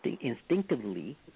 instinctively